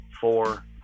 four